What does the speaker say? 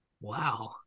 Wow